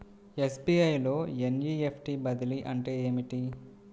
SBI లో NEFT బదిలీ అంటే ఏమిటి?